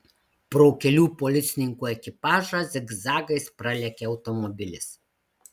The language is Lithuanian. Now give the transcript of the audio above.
pro kelių policininkų ekipažą zigzagais pralekia automobilis